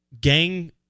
gang